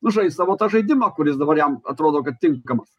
žais savo tą žaidimą kuris dabar jam atrodo kad tinkamas